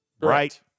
Right